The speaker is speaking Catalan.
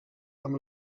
amb